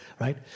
right